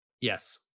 Yes